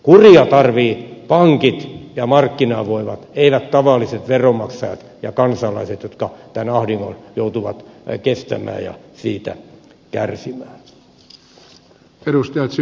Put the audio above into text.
kuria tarvitsevat pankit ja markkinavoimat eivät tavalliset veronmaksajat ja kansalaiset jotka tämän ahdingon joutuvat kestämään ja siitä kärsimään